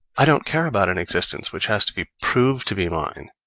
i don't care about an existence which has to be proved to be mine,